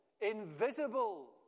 invisible